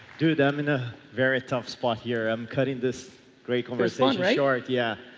do them in a very tough spot here. i'm cutting this great conversation short. yeah.